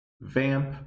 Vamp